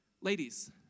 Ladies